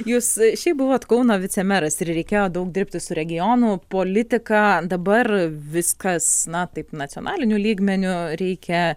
jūs šiaip buvot kauno vicemeras ir reikėjo daug dirbti su regionų politika dabar viskas na taip nacionaliniu lygmeniu reikia